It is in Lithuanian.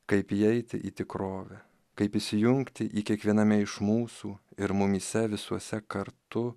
kaip įeiti į tikrovę kaip įsijungti į kiekviename iš mūsų ir mumyse visuose kartu